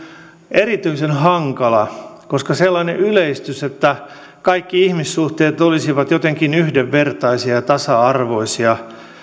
erityisen hankala koska sellainen yleistys että kaikki ihmissuhteet olisivat jotenkin yhdenvertaisia ja tasa arvoisia